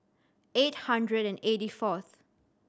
eight hundred and eighty fourth